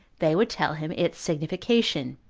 they would tell him its signification.